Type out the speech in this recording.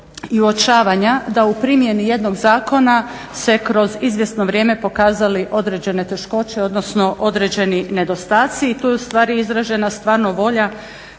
i uočavanja da u primjeni jednog zakona se kroz izvjesno vrijeme pokazali određene teškoće, odnosno određeni nedostaci i tu je u stvari izražena stvarno volja